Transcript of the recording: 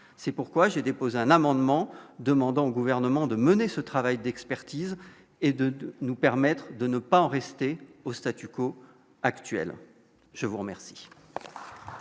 c'est pourquoi j'ai déposé un amendement demandant au gouvernement de mener ce travail d'expertise et de nous permettre de ne pas en rester au statu quo actuel, je vous remercie.